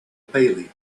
bailey